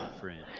friend